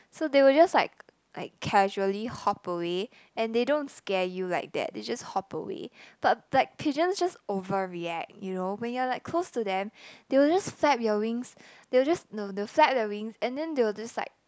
so they will just like like casually hop away and they don't scare you like that they just hop away but like pigeons just over react you know when you are like close to them they will just flap your wings they'll just no they'll flap their wings and then they'll just like